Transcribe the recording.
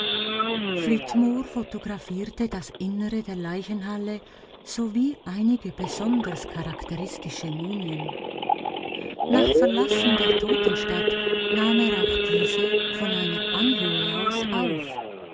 flitmore photographierte das innere der leichenhalle sowie einige besonders charakteristische mumien nach verlassen der totenstadt nahm er auch diese von einer anhöhe aus auf